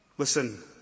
listen